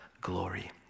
glory